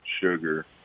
sugar